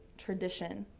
tradition.